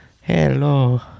Hello